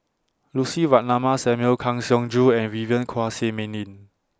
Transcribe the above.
Lucy Ratnammah Samuel Kang Siong Joo and Vivien Quahe Seah Mei Lin